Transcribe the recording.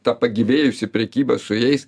ta pagyvėjusi prekyba su jais